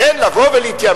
לכן, לבוא ולהתיימר